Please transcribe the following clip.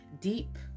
deep